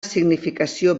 significació